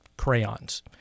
Crayons